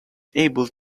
able